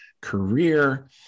career